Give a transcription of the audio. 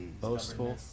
Boastful